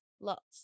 Lots